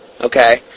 Okay